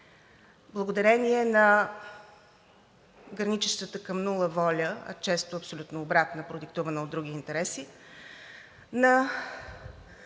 благодарение на граничещата към нула воля, а често абсолютно обратна, продиктувана от други интереси на